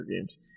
games